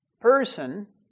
person